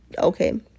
okay